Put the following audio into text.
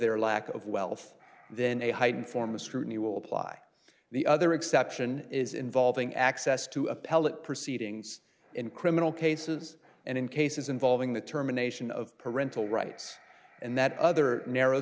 their lack of wealth then a heightened form of scrutiny will apply the other exception is involving access to appellate proceedings in criminal cases and in cases involving the terminations of parental rights and that other narrow